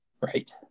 Right